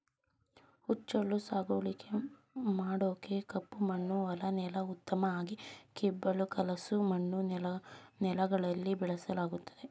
ಹುಚ್ಚೆಳ್ಳು ಸಾಗುವಳಿ ಮಾಡೋಕೆ ಕಪ್ಪಮಣ್ಣು ಹೊಲ ನೆಲ ಉತ್ತಮ ಹಾಗೆ ಕಿಬ್ಬಳಿ ಕಲಸು ಮಣ್ಣು ನೆಲಗಳಲ್ಲಿ ಬೆಳೆಸಲಾಗ್ತದೆ